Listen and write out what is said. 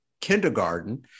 kindergarten